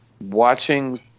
watching